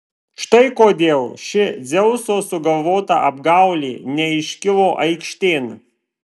štai kodėl ši dzeuso sugalvota apgaulė neiškilo aikštėn